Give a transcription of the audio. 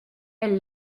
elle